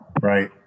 right